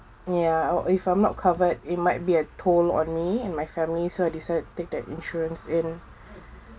ya or if I'm not covered it might be a toll on me and my family so I decide take that insurance in